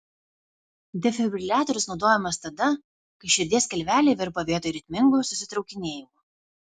defibriliatorius naudojamas tada kai širdies skilveliai virpa vietoj ritmingų susitraukinėjimų